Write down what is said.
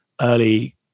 early